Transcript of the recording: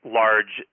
large